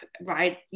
right